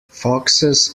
foxes